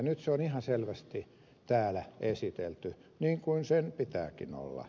nyt se on ihan selvästi täällä esitelty niin kuin sen pitääkin olla